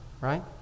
right